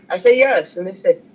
i said, yes. and they said,